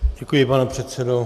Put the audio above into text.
Děkuji, pane předsedo.